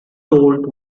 told